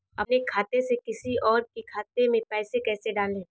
अपने खाते से किसी और के खाते में पैसे कैसे डालें?